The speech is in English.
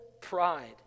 pride